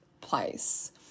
place